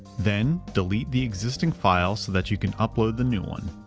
then delete the existing file so that you can upload the new one.